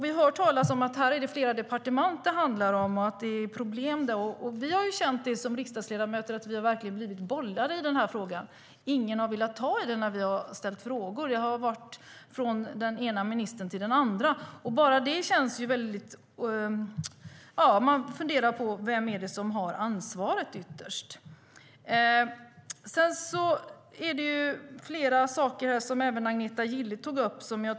Vi hör talas om att det handlar om flera departement och att det är problem. Vi har som riksdagsledamöter känt det som att vi har blivit bollade i den här frågan. Ingen har velat ta i det när vi har ställt frågor, och de har gått från den ena ministern till den andra. Man funderar på vem det är som ytterst har ansvaret. Det handlar om flera saker, som även Agneta Gille tog upp.